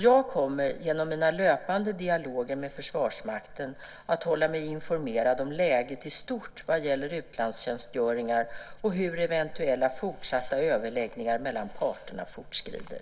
Jag kommer genom mina löpande dialoger med Försvarsmakten att hålla mig informerad om läget i stort vad gäller utlandstjänstgöringar och hur eventuella fortsatta överläggningar mellan parterna fortskrider.